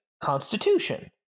Constitution